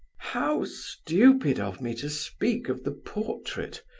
how stupid of me to speak of the portrait,